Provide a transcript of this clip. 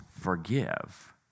forgive